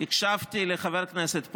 הקשבתי לחבר כנסת פרוש.